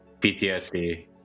PTSD